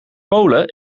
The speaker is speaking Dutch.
polen